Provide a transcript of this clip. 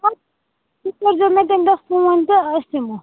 تُہِۍ کٔرۍ زیو مےٚ تَمہِ دۄہ فون تہٕ أسۍ یِمَو